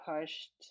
pushed